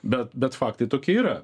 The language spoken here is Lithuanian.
bet bet faktai tokie yra